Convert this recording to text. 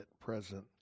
present